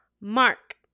Mark